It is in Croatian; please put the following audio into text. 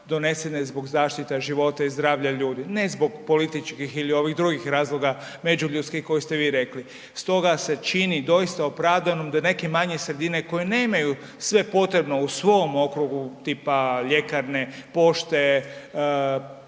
donesene zbog zaštita života i zdravlja ljudi, ne zbog političkih ili ovih drugih razloga međuljudskih koje ste vi rekli. Stoga se čini doista opravdano da neke manje sredine koje nemaju sve potrebno u svom okrugu, tipa ljekarne, pošte,